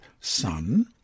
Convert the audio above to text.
son